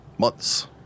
months